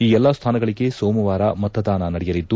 ಈ ಎಲ್ಲಾ ಸ್ಥಾನಗಳಿಗೆ ಸೋಮವಾರ ಮತದಾನ ನಡೆಯಲಿದ್ದು